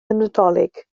nadolig